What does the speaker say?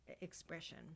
expression